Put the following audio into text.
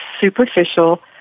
superficial